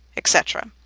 etc.